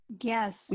Yes